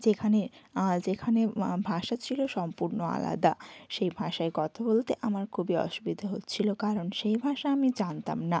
যেখানের যেখানে ভাষা ছিল সম্পূর্ণ আলাদা সেই ভাষায় কথা বলতে আমার খুবই অসুবিধে হচ্ছিল কারণ সেই ভাষা আমি জানতাম না